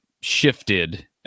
shifted